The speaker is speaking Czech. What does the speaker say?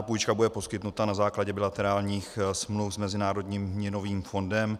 Půjčka bude poskytnuta na základě bilaterálních smluv s Mezinárodním měnovým fondem.